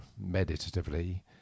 meditatively